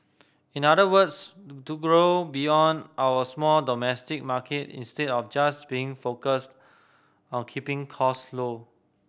in other words to grow beyond our small domestic market instead of just being focused on keeping cost low